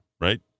right